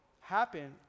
happen